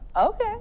okay